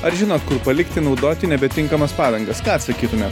ar žinot kur palikti naudoti nebetinkamas padangas ką atsakytumėt